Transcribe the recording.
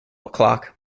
o’clock